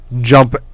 jump